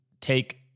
take